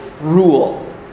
rule